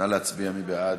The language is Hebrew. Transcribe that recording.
להצביע, מי בעד?